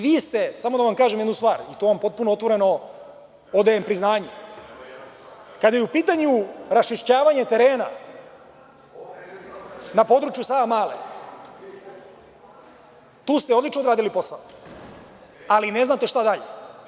Vi ste, samo da vam kažem jednu stvar, to vam potpuno otvoreno odajem priznanje, kada je u pitanju raščišćavanje terena na području Savamale, tu ste odlično odradili posao, ali ne znate šta dalje.